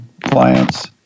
clients